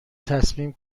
تصمیم